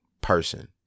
person